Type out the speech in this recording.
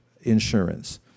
insurance